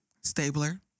Stabler